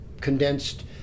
condensed